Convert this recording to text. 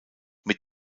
mit